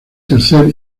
tercer